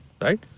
right